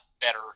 better